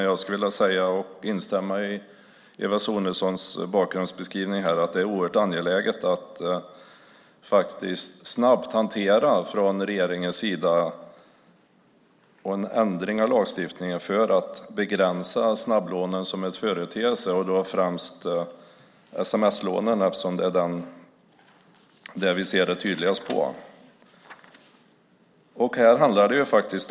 Jag skulle vilja instämma i Eva Sonidssons bakgrundsbeskrivning att det är oerhört angeläget att från regeringens sida snabbt få en ändring till stånd av lagstiftningen för att begränsa snabblånen som företeelse, främst sms-lånen eftersom det är dem vi ser det tydligast på.